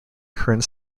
current